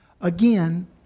Again